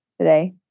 today